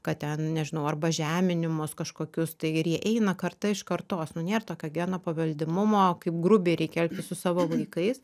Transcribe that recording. kad ten nežinau arba žeminimus kažkokius tai ir jie eina karta iš kartos nu nėr tokio geno paveldimumo kaip grubiai reikia elgtis su savo vaikais